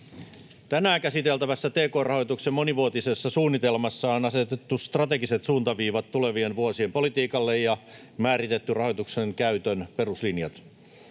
Tänään käsiteltävässä tk-rahoituksen monivuotisessa suunnitelmassa on asetettu strategiset suuntaviivat tulevien vuosien politiikalle ja määritetty rahoituksen käytön peruslinjat.